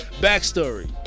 backstory